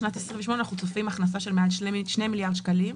בשנת 2028 אנחנו צופים הכנסה של מעל 2 מיליארד שקלים.